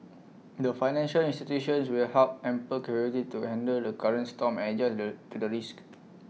the financial institutions will have ample capability to handle the current storm and adjust to to the risks